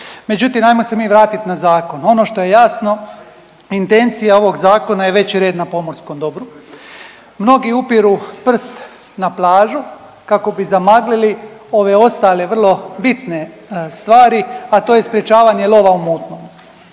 Međutim, hajmo se mi vratiti na zakon. Ono što je jasno intencija ovog zakona je veći red na pomorskom dobru. Mnogi upiru prst na plažu kako bi zamaglili ove ostale vrlo bitne stvari, a to je sprječavanje lova u mutnom.